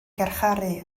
garcharu